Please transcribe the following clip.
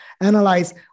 analyze